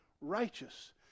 righteous